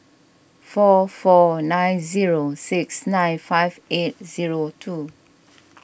four four nine zero six nine five eight zero two